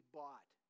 bought